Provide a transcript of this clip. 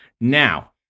Now